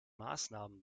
maßnahmen